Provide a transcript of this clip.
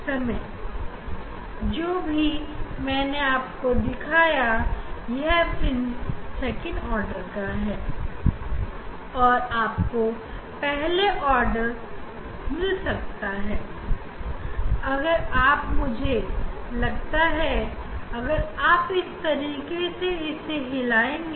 तो जो मैंने आपको दिखाया वह सेकंड ऑर्डर था और इसी दिशा में आगे बढ़ने पर हमें पहला आर्डर मिल जाएगा